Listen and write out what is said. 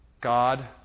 God